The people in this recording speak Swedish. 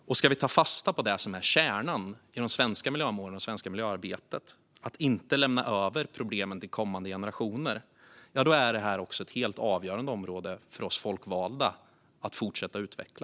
Om vi ska ta fasta på det som är kärnan i de svenska miljömålen och det svenska miljöarbetet, att inte lämna över problemen till kommande generationer, är det här ett avgörande område för oss folkvalda att fortsätta utveckla.